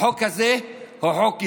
החוק הזה הוא חוק גזעני,